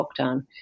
lockdown